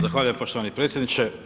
Zahvaljujem poštivani predsjedniče.